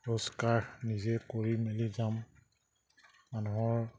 ৰোজগাৰ নিজে কৰি মেলি যাম মানুহৰ